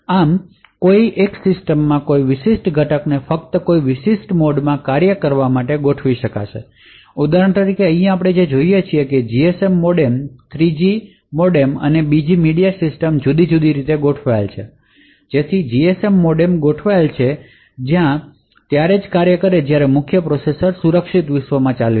આમ કોઈ એક સિસ્ટમ માં કોઈ વિશિષ્ટ ઘટકને ફક્ત કોઈ વિશિષ્ટ મોડમાંથી કાર્ય કરવા માટે ગોઠવી શકશે ઉદાહરણ તરીકે આપણે અહીં જે જોઈએ છીએ તે છે કે GSM modem 3G G modem અને મીડિયા સિસ્ટમ જુદી જુદી રીતે ગોઠવેલી છે તેથી જીએસએમ મોડેમને એ રીતે ગોઠવેલ છે જેથી તે ત્યારે જ કાર્ય કરે છે જ્યારે મુખ્ય પ્રોસેસર સુરક્ષિત વિશ્વમાં ચાલી રહ્યું છે